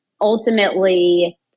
ultimately